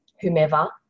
whomever